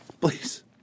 please